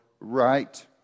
right